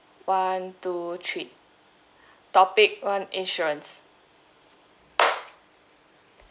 one two three topic one insurance